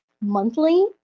monthly